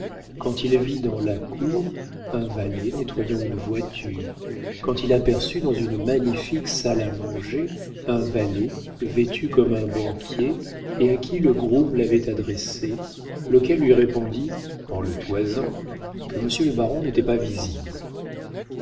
quand il vit dans la cour un valet nettoyant une voiture quand il aperçut dans une magnifique salle à manger un valet vêtu comme un banquier et à qui le groom l'avait adressé lequel lui répondit en le toisant que monsieur le baron n'était pas visible